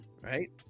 Right